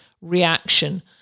reaction